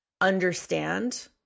understand